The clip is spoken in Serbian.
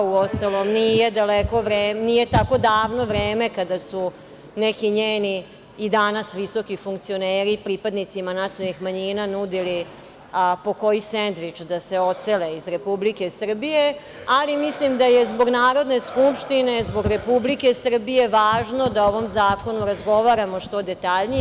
Uostalom, nije tako davno vreme kada su neki njeni i danas visoki funkcioneri pripadnicima nacionalnih manjina nudili po koji sendvič da se odsele iz Republike Srbije, ali mislim da je zbog Narodne skupštine, zbog Republike Srbije važno da o ovom zakonu razgovaramo što detaljnije.